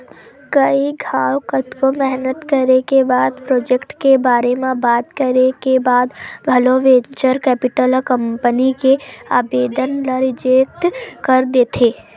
कई घांव कतको मेहनत करे के बाद प्रोजेक्ट के बारे म बात करे के बाद घलो वेंचर कैपिटल ह कंपनी के आबेदन ल रिजेक्ट कर देथे